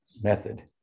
method